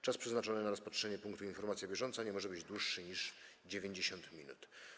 Czas przeznaczony na rozpatrzenie punktu: Informacja bieżąca nie może być dłuższy niż 90 minut.